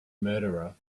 murderer